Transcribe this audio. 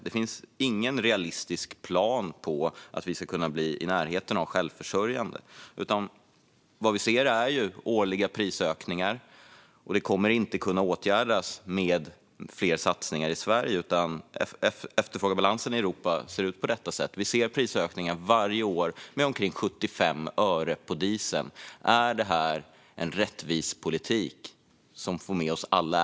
Det finns ingen realistisk plan för hur vi ska kunna bli i närheten av självförsörjande, utan vad vi ser är ju årliga prisökningar. Det kommer inte att kunna åtgärdas med fler satsningar i Sverige, utan efterfrågebalansen i Europa ser ut på detta sätt: Vi ser varje år prisökningar för dieseln med omkring 75 öre. Är det en rättvis politik där vi får med oss alla?